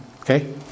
okay